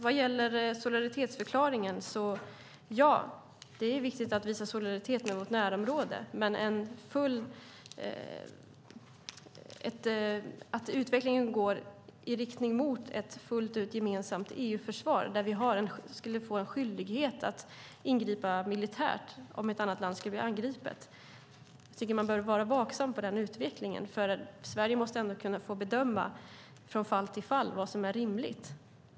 Vad gäller solidaritetsförklaringen är det viktigt att visa solidaritet med vårt närområde, men en utveckling mot ett fullskaligt gemensamt EU-försvar där vi har skyldighet att ingripa militärt om ett annat land angrips bör vi vara vaksamma mot. Sverige måste få bedöma från fall till fall vad som är rimligt.